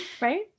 Right